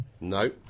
No